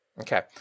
Okay